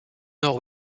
nord